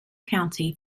county